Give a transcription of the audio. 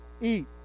eat